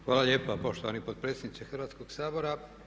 Hvala lijepa poštovani potpredsjedniče Hrvatskog sabora.